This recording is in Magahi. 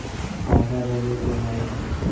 पैसा भेजे के हाइ?